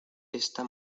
esta